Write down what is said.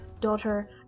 daughter